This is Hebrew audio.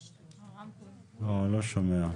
לא, הוא לא שומע.